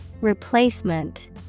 Replacement